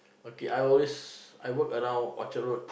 okay I always work around Orchard-Road